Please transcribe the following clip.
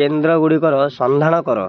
କେନ୍ଦ୍ରଗୁଡ଼ିକର ସନ୍ଧାନ କର